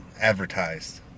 advertised